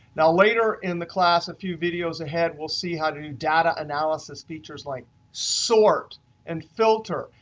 now, later in the class, a few videos ahead we'll see how to do data analysis features like sort and filter,